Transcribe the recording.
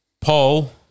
Paul